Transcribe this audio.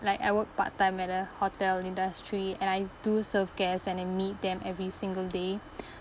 like I work part time at the hotel industry and I do serve guests and I meet them every single day